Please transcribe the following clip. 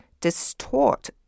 distort